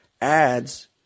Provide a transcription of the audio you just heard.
ads